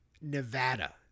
Nevada